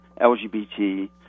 LGBT